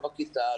לא בכיתה,